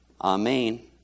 Amen